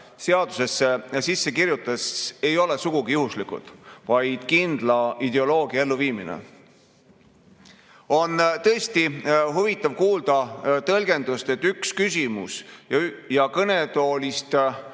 seadusesse sisse kirjutas, ei ole sugugi juhuslikud, vaid see on kindla ideoloogia elluviimine. On tõesti huvitav kuulda tõlgendust, et üks küsimus ja kõnetoolist